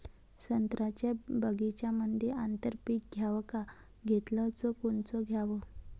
संत्र्याच्या बगीच्यामंदी आंतर पीक घ्याव का घेतलं च कोनचं घ्याव?